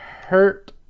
hurt